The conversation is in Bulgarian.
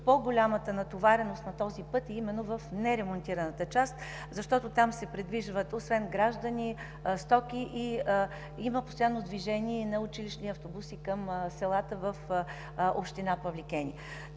по-голямата натовареност на пътя е именно в неремонтираната част, защото там освен граждани се придвижват стоки и има постоянно движение на училищни автобуси към селата от община Павликени.